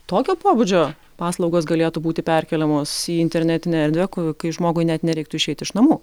tokio pobūdžio paslaugos galėtų būti perkeliamos į internetinę erdvę ku kai žmogui net nereiktų išeiti iš namų